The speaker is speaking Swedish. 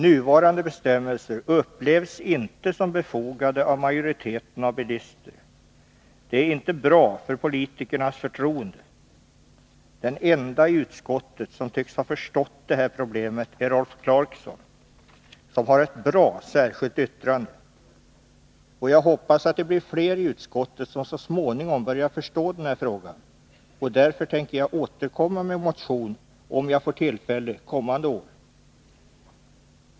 Nuvarande bestämmelser upplevs inte som befogade av majoriteten av bilisterna. Det är inte bra för politikernas förtroende. Den enda i utskottet som tycks ha förstått det här problemet är Rolf Clarkson, som har avgett ett bra särskilt yttrande. Jag hoppas att det bli fler i utskottet som så småningom börjar förstå den här frågan. Därför tänker jag återkomma med en motion kommande år, om jag får tillfälle.